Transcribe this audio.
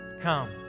come